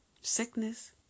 sickness